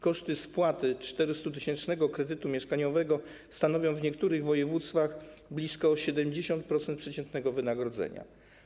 Koszty spłaty 400-tysięcznego kredytu mieszkaniowego stanowią w niektórych województwach blisko 70% przeciętnego wynagrodzenia.